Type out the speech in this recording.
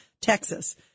Texas